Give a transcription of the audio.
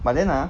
but then ah